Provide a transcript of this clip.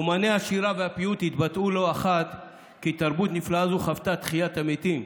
אומני השירה והפיוט התבטאו לא אחת כי תרבות נפלאה זו חוותה תחיית המתים,